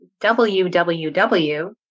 www